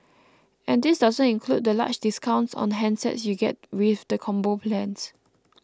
and this doesn't include the large discounts on handsets you get with the Combo plans